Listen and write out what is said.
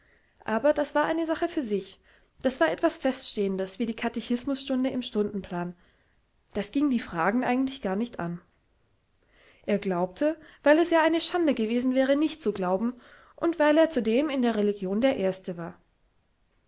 aber das war eine sache für sich das war etwas feststehendes wie die katechismusstunde im stundenplan das ging die fragen eigentlich gar nicht an er glaubte weil es ja eine schande gewesen wäre nicht zu glauben und weil er zudem in der religion der erste war